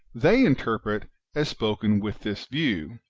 they interpret as spoken with this view,